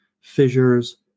fissures